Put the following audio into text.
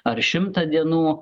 ar šimtą dienų